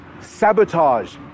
sabotage